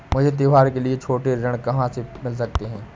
मुझे त्योहारों के लिए छोटे ऋण कहाँ से मिल सकते हैं?